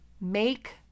Make